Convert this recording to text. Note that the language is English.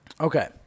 Okay